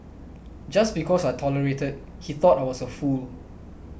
just because I tolerated he thought I was a fool